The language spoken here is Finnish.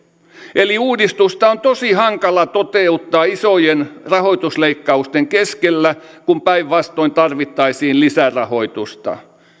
eli uudistusta on tosi hankala toteuttaa isojen rahoitusleikkausten keskellä kun päinvastoin tarvittaisiin lisärahoitusta